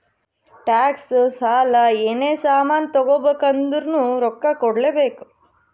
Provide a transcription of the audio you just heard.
tax, ಸಾಲ, ಏನೇ ಸಾಮಾನ್ ತಗೋಬೇಕ ಅಂದುರ್ನು ರೊಕ್ಕಾ ಕೂಡ್ಲೇ ಬೇಕ್